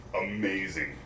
Amazing